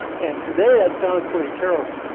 and today that sounds pretty terrible.